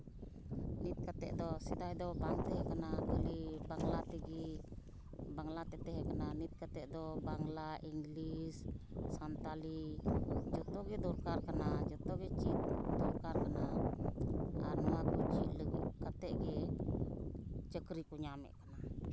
ᱱᱤᱛ ᱠᱟᱛᱮᱜ ᱫᱚ ᱥᱮᱫᱟᱭ ᱫᱚ ᱵᱟᱝ ᱛᱟᱦᱮᱸ ᱠᱟᱱᱟ ᱠᱷᱟᱹᱞᱤ ᱵᱟᱝᱞᱟ ᱛᱮᱜᱮ ᱵᱟᱝᱞᱟᱛᱮ ᱛᱟᱦᱮᱸ ᱠᱟᱱᱟ ᱱᱤᱛ ᱠᱟᱛᱮᱜ ᱫᱚ ᱵᱟᱝᱞᱟ ᱤᱝᱞᱤᱥ ᱥᱟᱱᱛᱟᱞᱤ ᱡᱚᱛᱚᱜᱮ ᱫᱚᱨᱠᱟᱨ ᱠᱟᱱᱟ ᱡᱚᱛᱚᱜᱮ ᱪᱮᱫ ᱫᱚᱨᱠᱟᱨ ᱠᱟᱱᱟ ᱟᱨ ᱱᱚᱣᱟ ᱠᱚ ᱪᱮᱫ ᱠᱟᱛᱮᱜ ᱜᱮ ᱪᱟᱹᱠᱨᱤ ᱠᱚ ᱧᱟᱢᱮᱜ ᱠᱟᱱᱟ